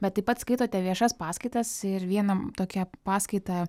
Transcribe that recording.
bet taip pat skaitote viešas paskaitas ir vieną m tokią paskaitą